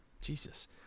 Jesus